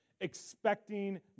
Expecting